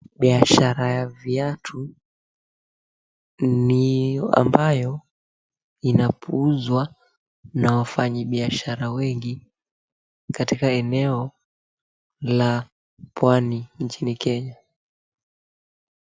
Biashara ya viatu ni ambayo inapuuzwa na wafanyibiashara wengi katika eneo la pwani nchini Kenya.